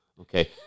Okay